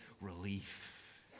relief